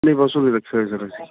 ਨਹੀ ਬਸ ਉਹੀ ਰੱਖਿਆ ਹੋਇਆ ਸਰ ਅਸੀਂ